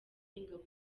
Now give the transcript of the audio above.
y’ingabo